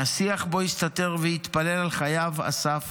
מהשיח שבו הסתתר והתפלל על חייו, אסף